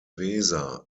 weser